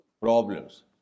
problems